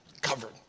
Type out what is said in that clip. covered